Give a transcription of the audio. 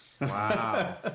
Wow